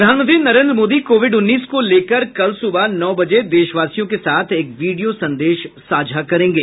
प्रधानमंत्री नरेन्द्र मोदी कोविड उन्नीस को लेकर कल सुबह नौ बजे देशवासियों के साथ एक वीडियो संदेश साझा करेंगे